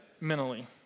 mentally